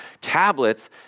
tablets